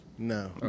No